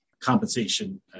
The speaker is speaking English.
compensation